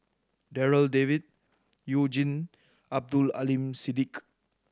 Darryl David You Jin Abdul Aleem Siddique